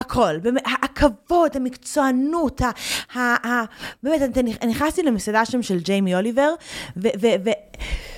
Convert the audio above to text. הכל, באמת, הכבוד, המקצוענות, ה.. באמת, אני נכנסתי למסעדה שם של ג'יימי אוליבר, ו...